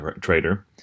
trader